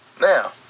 Now